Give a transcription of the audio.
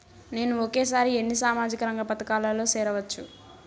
నేను ఒకేసారి ఎన్ని సామాజిక రంగ పథకాలలో సేరవచ్చు?